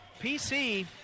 PC